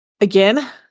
Again